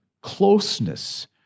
closeness